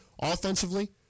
offensively